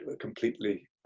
completely